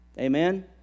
amen